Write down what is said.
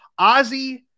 Ozzy